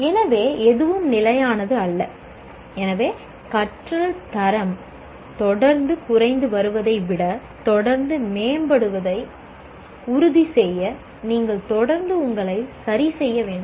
எனவே எதுவும் நிலையானது அல்ல எனவே கற்றல் தரம் தொடர்ந்து குறைந்து வருவதை விட தொடர்ந்து மேம்படுவதை உறுதிசெய்ய நீங்கள் தொடர்ந்து உங்களை சரிசெய்ய வேண்டும்